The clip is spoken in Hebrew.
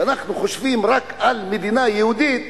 שאנחנו חושבים רק על מדינה יהודית,